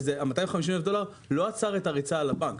וה-250 אלף דולר לא עצרו את הריצה לבנק.